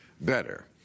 better